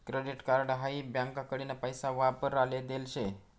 credit card हाई बँकाकडीन पैसा वापराले देल शे